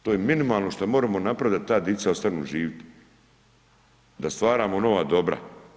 To je minimalno što možemo napraviti da ta djeca ostanu živjeti, da stvaramo nova dobra.